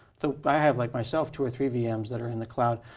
so, i have like myself two or three vms that are in the cloud.